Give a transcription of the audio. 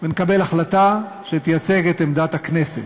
ונקבל החלטה שתייצג את עמדת הכנסת.